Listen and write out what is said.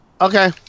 Okay